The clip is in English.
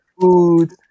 food